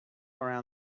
around